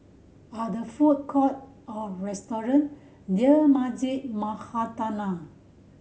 are there food court or restaurant near Masjid